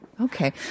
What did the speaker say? okay